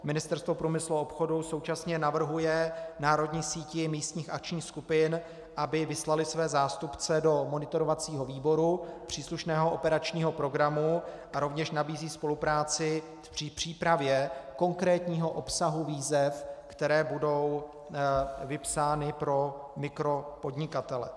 Ministerstvo průmyslu a obchodu současně navrhuje národní síti místních akčních skupin, aby vyslaly své zástupce do monitorovacího výboru příslušného operačního programu, a rovněž nabízí spolupráci při přípravě konkrétního obsahu výzev, které budou vypsány pro mikropodnikatele.